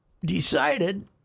decided